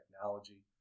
technology